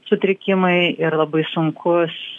sutrikimai ir labai sunkus